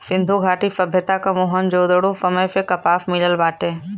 सिंधु घाटी सभ्यता क मोहन जोदड़ो समय से कपास मिलल बाटे